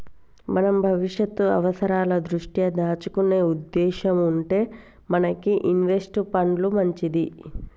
మనం భవిష్యత్తు అవసరాల దృష్ట్యా దాచుకునే ఉద్దేశం ఉంటే మనకి ఇన్వెస్ట్ పండ్లు మంచిది